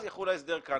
אז יחול ההסדר כאן.